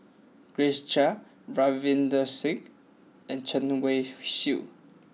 Grace Chia Ravinder Singh and Chen Wen Hsi